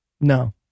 no